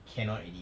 cannot already